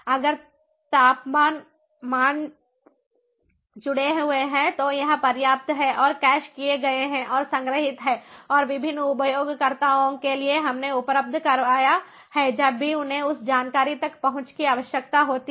अगर तापमान मान जुड़े हुए हैं तो यह पर्याप्त है और कैश किए गए हैं और संग्रहीत हैं और विभिन्न उपयोगकर्ताओं के लिए हमने उपलब्ध कराया है जब भी उन्हें उस जानकारी तक पहुँच की आवश्यकता होती है